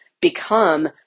become